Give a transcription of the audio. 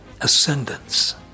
Ascendance